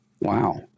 Wow